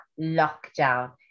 lockdown